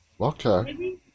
Okay